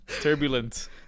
Turbulent